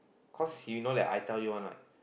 cause he'll know that I tell you one what